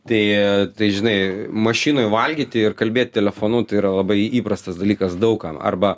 tai tai žinai mašinoj valgyti ir kalbėt telefonu tai yra labai įprastas dalykas daug kam arba